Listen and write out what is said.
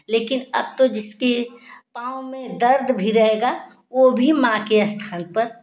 लेकिन अब तो जिसके पाँव में दर्द भी रहेगा ओ भी माँ के स्थान पर